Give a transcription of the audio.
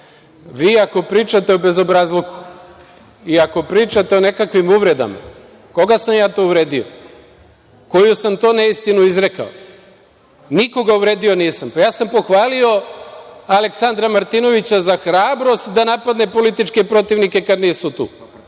ako pričate o bezobrazluku i ako pričate o nekakvim uvredama, koga sam ja to uvredio, koju sam to neistinu izrekao? Nikoga uvredio nisam. Ja sam pohvalio Aleksandra Martinovića za hrabrost da napadne političke protivnike kada nisu tu.